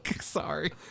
Sorry